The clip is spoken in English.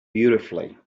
beautifully